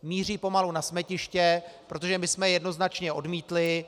Míří pomalu na smetiště, protože my jsme je jednoznačně odmítli.